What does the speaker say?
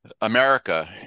America